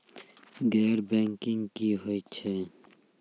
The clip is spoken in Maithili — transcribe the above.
गैर बैंकिंग की होय छै?